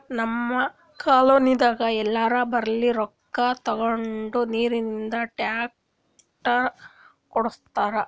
ನಮ್ ಕಾಲ್ನಿನಾಗ್ ಎಲ್ಲೋರ್ ಬಲ್ಲಿ ರೊಕ್ಕಾ ತಗೊಂಡ್ ನೀರಿಂದ್ ಟ್ಯಾಂಕ್ ಕುಡ್ಸ್ಯಾರ್